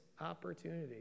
opportunity